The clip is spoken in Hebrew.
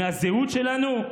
בזהות שלנו,